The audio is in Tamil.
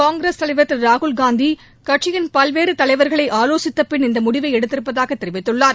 காங்கிரஸ் தலைவர் திரு ராகுல் காந்தி கட்சியிள் பல்வேறு தலைவர்களை ஆலோசித்த பின் இந்த முடிவை எடுத்திருப்பதாக தெரிவித்துள்ளார்